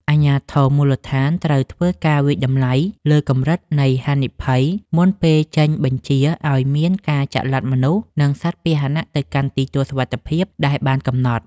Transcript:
អាជ្ញាធរមូលដ្ឋានត្រូវធ្វើការវាយតម្លៃលើកម្រិតនៃហានិភ័យមុនពេលចេញបញ្ជាឱ្យមានការចល័តមនុស្ស និងសត្វពាហនៈទៅកាន់ទីទួលសុវត្ថិភាពដែលបានកំណត់។